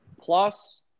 Plus –